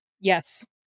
Yes